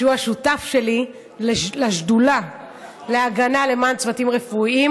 שהוא השותף שלי לשדולה למען הגנה על צוותים רפואיים.